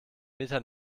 meter